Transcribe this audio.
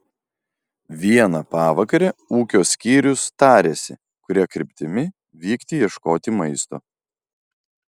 vieną pavakarę ūkio skyrius tarėsi kuria kryptimi vykti ieškoti maisto